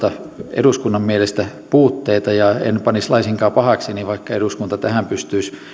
eduskunnan mielestä puutteita ja en panisi laisinkaan pahakseni vaikka eduskunta tähän pystyisi